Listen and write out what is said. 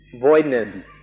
voidness